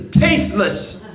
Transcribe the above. Tasteless